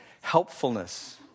Helpfulness